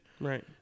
Right